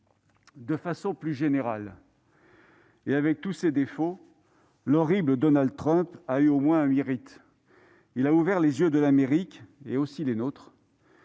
De façon plus générale, et avec tous ses défauts, l'horrible Donald Trump a eu au moins un mérite : il a ouvert les yeux de l'Amérique, et les nôtres